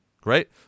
Great